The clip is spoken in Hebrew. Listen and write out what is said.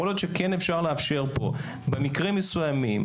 יכול להיות שכן אפשר לאפשר פה במקרים מסוימים